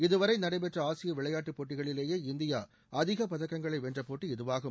இதுவரை நடைபெற்ற ஆசிய விளையாட்டுப் போட்டிகளிலேயே இந்தியா அதிக பதக்கங்களை வென்ற போட்டி இதுவாகும்